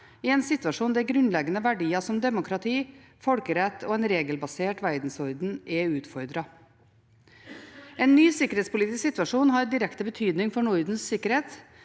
i en situasjon der grunnleggende verdier som demokrati, folkerett og en regelbasert verdensorden er utfordret. En ny sikkerhetspolitisk situasjon har direkte betydning for Nordens sikkerhet